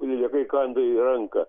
lydeka įkando į ranką